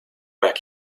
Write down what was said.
back